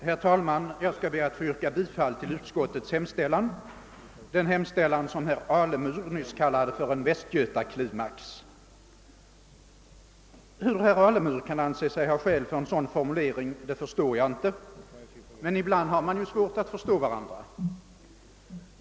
Herr talman! Jag skall be att få yrka bifall till utskottets hemställan — den hemställan som herr Alemyr nyss kallade för en västgötaklimax. Hur herr Alemyr kan finna skäl för en sådan karakteristik förstår jag inte, men ibland har man ju svårt att förstå varandra.